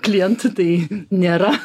klientų tai nėra